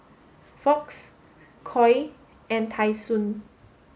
Fox Koi and Tai Sun